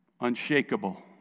unshakable